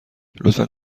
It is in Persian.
لطفا